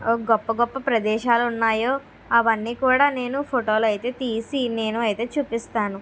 గొప్ప గొప్ప ప్రదేశాలు ఉన్నాయో అవన్నీ కూడా నేను ఫోటోలైతే తీసి నేను అయితే చూపిస్తాను